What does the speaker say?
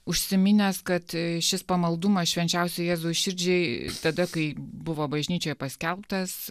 užsiminęs kad šis pamaldumas švenčiausiajai jėzaus širdžiai tada kai buvo bažnyčioje paskelbtas